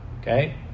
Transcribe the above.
Okay